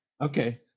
Okay